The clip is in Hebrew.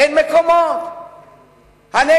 אין מקומות,